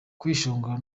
kwishongora